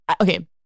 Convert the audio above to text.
okay